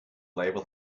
label